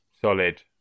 solid